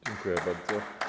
Dziękuję bardzo.